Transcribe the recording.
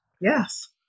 Yes